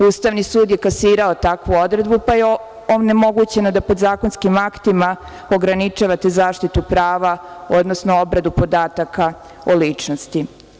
Ustavni sud je kasirao takvu odredbu, pa je onemogućeno da podzakonskim aktima ograničavate zaštitu prava, odnosno obradu podataka o ličnosti.